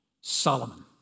Solomon